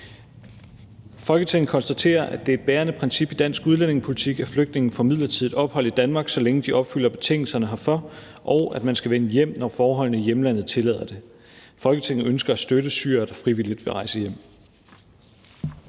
»Folketinget konstaterer, at det er et bærende princip i dansk udlændingepolitik, at flygtninge får midlertidigt ophold i Danmark, så længe de opfylder betingelserne herfor, og at man skal vende hjem, når forholdene i hjemlandet tillader det. Folketinget ønsker at støtte syrere, der frivilligt vil rejse hjem.«